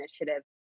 initiative